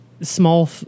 small